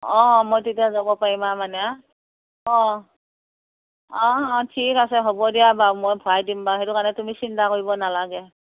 অঁ মই তেতিয়া যাব পাৰিম আৰু মানে আৰু অঁ অঁ অঁ ঠিক আছে হ'ব দিয়া বাৰু মই ভৰাই দিম বাৰু সেইটো কাৰণে তুমি চিন্তা কৰিব নালাগে